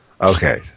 okay